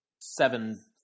seven